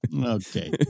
Okay